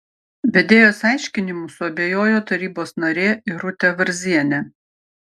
vedėjos aiškinimu suabejojo tarybos narė irutė varzienė